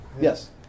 yes